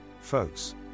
folks